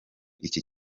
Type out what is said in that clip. iki